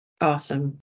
Awesome